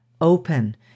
open